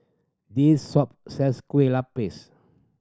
this shop sells kue lupis